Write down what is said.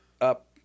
up